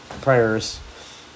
prayers